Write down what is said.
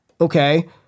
okay